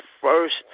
first